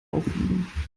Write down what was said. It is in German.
auffliegen